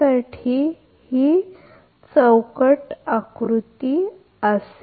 जर आता आपण दोन क्षेत्र प्रणालीचे संपूर्ण ब्लॉक आकृती बनविली तर ते असे असेल